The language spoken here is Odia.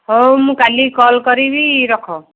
ହଉ ମୁଁ କାଲିକି କଲ୍ କରିବି ରଖ